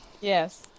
Yes